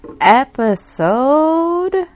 episode